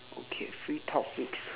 okay free topics